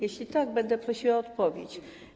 Jeśli tak, będę prosiła o odpowiedź.